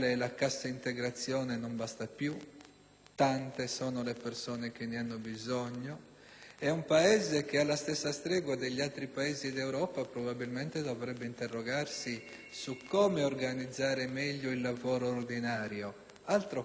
tante sono le persone che ne hanno bisogno; è un Paese che, alla stessa stregua degli altri Paesi d'Europa, probabilmente dovrebbe interrogarsi su come organizzare meglio il lavoro ordinario, piuttosto che parlare di lavoro straordinario.